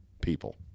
people